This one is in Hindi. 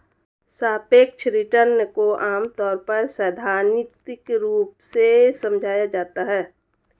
सापेक्ष रिटर्न को आमतौर पर सैद्धान्तिक रूप से समझाया जाता है